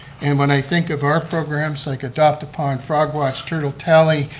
and when i think of our programs, like adopt-a-pond, frog watch, turtle tally,